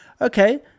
okay